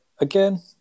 Again